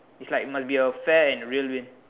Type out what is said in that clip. it's like must be a fair and real win